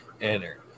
enter